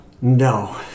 no